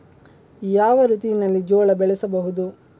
ಯಾವ ಋತುವಿನಲ್ಲಿ ಜೋಳ ಬೆಳೆಸಬಹುದು?